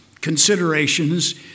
considerations